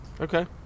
Okay